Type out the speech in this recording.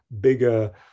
bigger